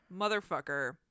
Motherfucker